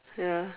ya